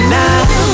now